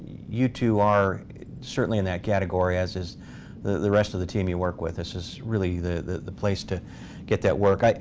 you two are certainly in that category as is the the rest of the team you work with. this is really the place to get that work.